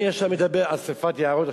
אני עכשיו מדבר על שרפות יערות.